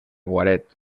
guaret